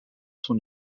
son